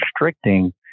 restricting